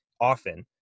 often